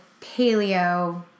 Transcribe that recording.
paleo